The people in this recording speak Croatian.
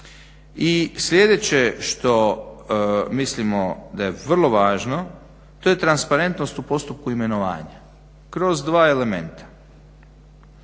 I sljedeće što mislimo da je vrlo važno, to je transparentnost u postupku imenovanja, kroz dva elementa.